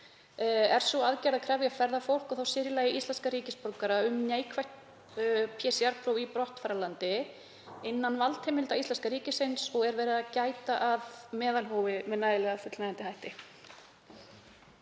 Er sú aðgerð að krefja ferðafólk og þá sér í lagi íslenska ríkisborgara um neikvætt PCR-próf í brottfararlandi innan valdheimilda íslenska ríkisins og er verið að gæta að meðalhófi með nægilega fullnægjandi hætti?